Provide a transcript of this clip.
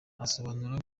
asobanura